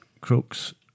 Crooks